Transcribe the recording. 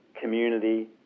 community